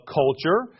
culture